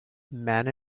man